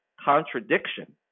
contradiction